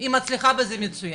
היא מצליחה בזה מצוין.